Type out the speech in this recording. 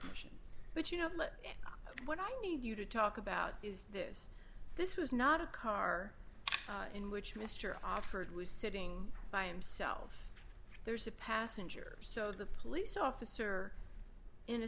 question but you know but what i need you to talk about is this this was not a car in which mr offered was sitting by himself there's a passenger so the police officer in a